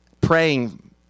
praying